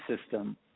system